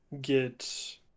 get